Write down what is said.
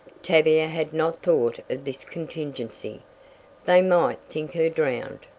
tavia had not thought of this contingency they might think her drowned!